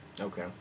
Okay